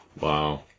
Wow